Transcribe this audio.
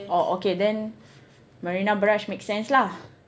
oh okay then Marina Barrage makes sense lah